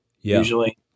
usually